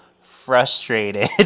frustrated